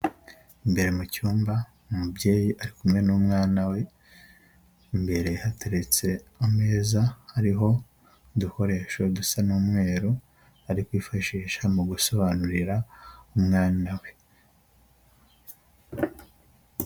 Imbere mu cyumba umubyeyi ari kumwe n'umwana we imbere hateretse ameza hariho udukoresho dusa n'umweru ari kwifashisha mu gusobanurira umwana we.